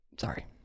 Sorry